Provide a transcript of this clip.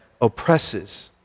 oppresses